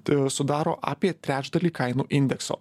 tai sudaro apie trečdalį kainų indekso